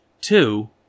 Two